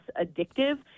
addictive